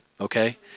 Okay